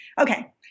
Okay